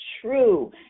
true